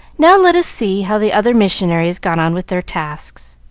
now let us see how the other missionaries got on with their tasks.